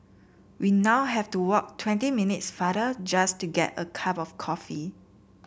we now have to walk twenty minutes farther just to get a cup of coffee